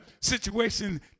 situation